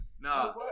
Nah